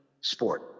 sport